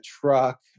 truck